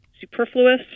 superfluous